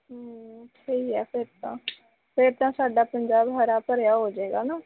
ਹਮ ਸਹੀ ਹੈ ਫਿਰ ਤਾਂ ਫਿਰ ਤਾਂ ਸਾਡਾ ਪੰਜਾਬ ਹਰਾ ਭਰਿਆ ਹੋ ਜਾਏਗਾ ਨਾ